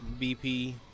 BP